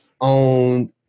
on